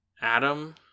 Adam